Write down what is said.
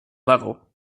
level